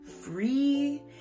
free